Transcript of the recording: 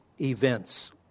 events